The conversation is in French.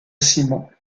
ciment